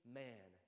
man